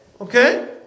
Okay